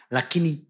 Lakini